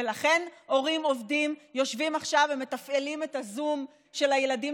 לכן הורים עובדים יושבים עכשיו ומתפעלים את הזום של הילדים